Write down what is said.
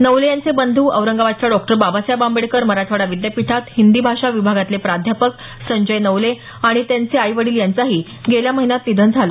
नवले यांचे बंधू औरंगाबादच्या डॉक्टर बाबासाहेब आंबेडकर मराठवाडा विद्यापीठात हिंदी भाषा विभागातले प्राध्यापक संजय नवले आणि त्यांचे आई वडील यांचंही गेल्या महिन्यात निधन झालं